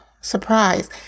surprise